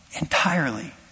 entirely